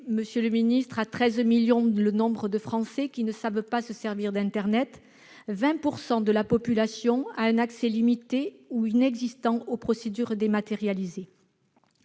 ainsi évalué à 13 millions le nombre de Français qui ne savent pas se servir d'internet ; 20 % de la population a ainsi un accès limité ou inexistant aux procédures dématérialisées.